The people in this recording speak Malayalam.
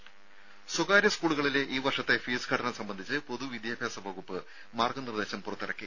രുര സ്വകാര്യ സ്കൂളുകളിലെ ഈ വർഷത്തെ ഫീസ് ഘടന സംബന്ധിച്ച് പൊതു വിദ്യാഭ്യാസ വകുപ്പ് മാർഗ്ഗ നിർദ്ദേശം പുറത്തിറക്കി